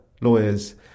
Lawyers